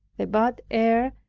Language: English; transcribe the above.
the bad air,